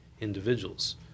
individuals